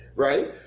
Right